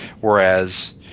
whereas